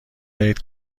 دهید